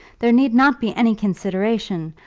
there need not be any consideration.